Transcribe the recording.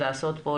לעשות פה,